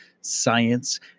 science